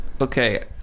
Okay